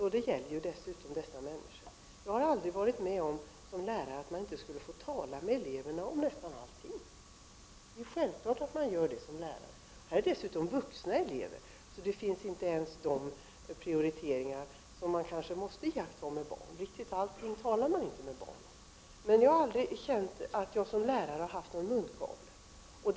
Här handlar det dessutom om frågor som gäller eleverna själva. Jag har aldrig varit med om att man inte skulle få tala med eleverna om nästan allting. Det är självklart att man gör det som lärare. Här är det dessutom vuxna elever, så det finns inte ens de inskränkningar som man kanske måste iaktta när man talar med barn. Riktigt allting talar man inte med barn om, men jag har aldrig känt att jag som lärare haft någon munkavle.